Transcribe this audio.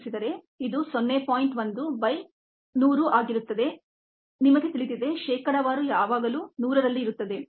1 by 100 ಆಗಿರುತ್ತದೆ ನಿಮಗೆ ತಿಳಿದಿದೆ ಶೇಕಡಾವಾರು ಯಾವಾಗಲೂ 100 ರಲ್ಲಿ ಇರುತ್ತದೆ